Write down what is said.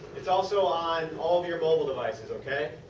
it is also on all your mobile devices. ok.